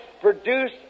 produce